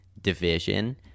division